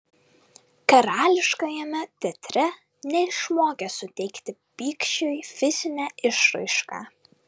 karališkajame teatre neišmokė suteikti pykčiui fizinę išraišką